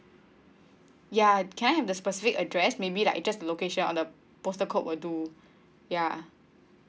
ya can I have the specific address maybe like just the location on the postal code will do ya